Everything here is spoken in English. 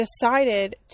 decided